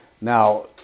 Now